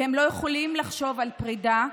והם לא יכולים לחשוב על פרידה.